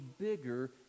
bigger